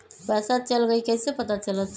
पैसा चल गयी कैसे पता चलत?